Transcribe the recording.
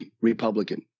Republican